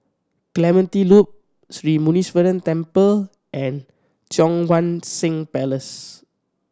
Clementi Loop Sri Muneeswaran Temple and Cheang Wan Seng Place